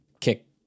kick